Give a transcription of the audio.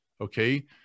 okay